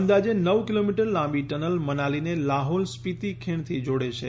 અંદાજે નવ કિલોમીટર લાંબી ટનલ મનાલીને લાહૌલ સ્પીતી ખીણથી જોડે છે